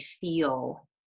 feel